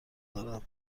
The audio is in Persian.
دارم